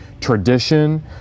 tradition